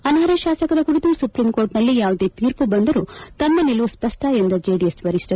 ಅನರ್ಹ ಶಾಸಕರ ಕುರಿತು ಸುಪ್ರೀಂ ಕೋರ್ಟ್ನಲ್ಲಿ ಯಾವುದೇ ತೀರ್ಮ ಬಂದರೂ ತಮ್ಮ ನಿಲುವು ಸ್ಪಷ್ಟ ಎಂದ ಜೆಡಿಎಸ್ ವರಿಷ್ಠ